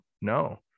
No